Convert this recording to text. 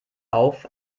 auf